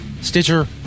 Stitcher